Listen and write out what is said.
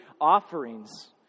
offerings